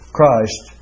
Christ